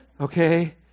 okay